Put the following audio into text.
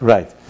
Right